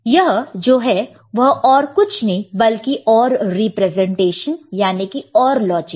यह जो है वह और कुछ नहीं बल्कि OR रिप्रेजेंटेशन याने की OR लॉजिक है